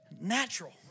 natural